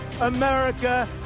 America